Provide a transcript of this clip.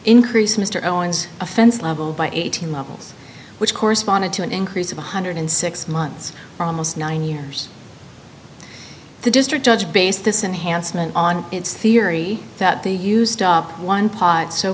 increased mr owens offense level by eighteen levels which corresponded to an increase of one hundred and six months almost nine years the district judge based this unhandsome and on its theory that they used up one pot so